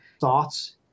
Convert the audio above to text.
thoughts